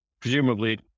presumably